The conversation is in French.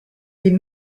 les